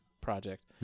project